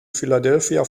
philadelphia